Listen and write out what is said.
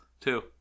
Two